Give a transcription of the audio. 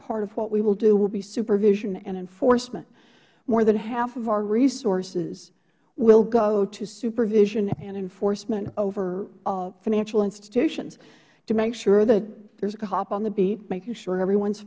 part of what we will do will be supervision and enforcement more than half of our resources will go to supervision and enforcement over financial institutions to make sure that there is a cop on the beat making sure everyone